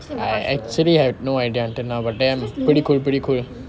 I actually had no idea until now but damn pretty cool pretty cool